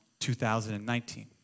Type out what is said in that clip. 2019